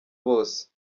bose